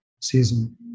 season